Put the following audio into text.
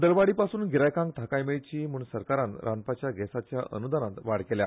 दरवाडी पसून गिरायकांक थाकाय मेळची म्हण सरकारान रांदपाच्या गॅसाच्या अनुदानांत वाड केल्या